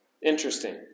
Interesting